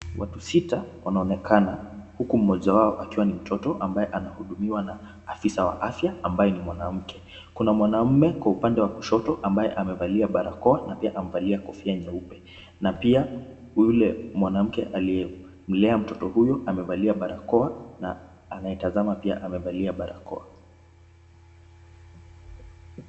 Watu sita wanaonekana, huku mmoja wao akiwa ni mtoto ambaye anahudumiwa na afisa wa afya ambaye ni mwanamke. Kuna mwanaume kwa upande wa kushoto amevalia barakoa na pia amevalia na pia amevalia kofia nyeupe. Na pia yule mwanamke aliyemlea mtoto huyo amevalia barakoa na pia anaitazama pia amevalia barakoa.